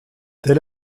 tel